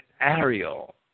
Ariel